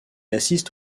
assiste